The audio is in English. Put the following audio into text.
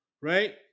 right